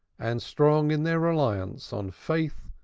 and strong in their reliance on faith,